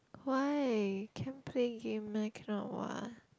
why can play game meh cannot what